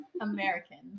American